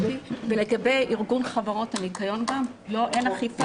לגבי ארגון חברות הנקיון, אין אכיפה.